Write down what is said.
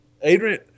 Adrian